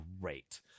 great